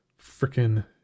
Freaking